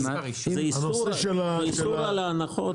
אותי לא מעניין כלום,